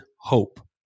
Hope